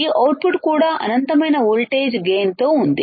ఈ అవుట్పుట్ కూడా అనంతమైన వోల్టేజ్ గైన్తో ఉంది